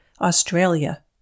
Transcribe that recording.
Australia